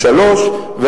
שלוש שנים,